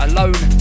Alone